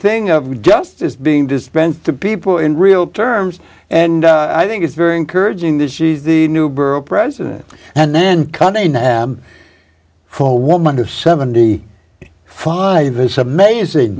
thing of justice being dispensed to people in real terms and i think it's very encouraging that she's the new borough president and then kanina for a woman of seventy five is amazing